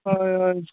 हय हय